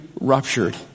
ruptured